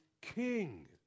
king